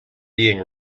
being